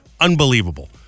Unbelievable